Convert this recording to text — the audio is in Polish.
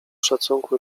szacunku